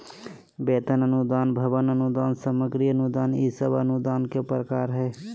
वेतन अनुदान, भवन अनुदान, सामग्री अनुदान ई सब अनुदान के प्रकार हय